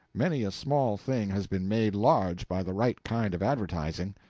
many a small thing has been made large by the right kind of advertising.